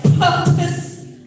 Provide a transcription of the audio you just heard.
purpose